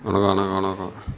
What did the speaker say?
வணக்கம் வணக்கம் வணக்கம்